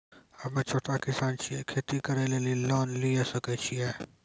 हम्मे छोटा किसान छियै, खेती करे लेली लोन लिये सकय छियै?